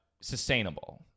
sustainable